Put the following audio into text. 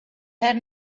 had